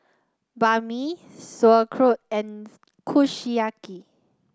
Banh Mi Sauerkraut and Kushiyaki